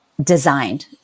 designed